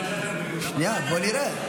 שנייה, בואו נראה.